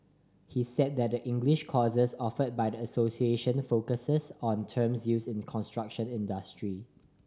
he said that the English courses offered by the association focus on terms used in the construction industry